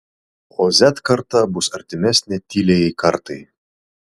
o z karta bus artimesnė tyliajai kartai